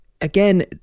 again